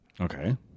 Okay